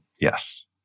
Yes